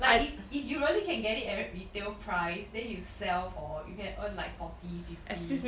like if if you really can get it at retail price then you sell for you can earn like forty fifty maybe